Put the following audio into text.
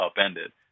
upended